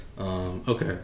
Okay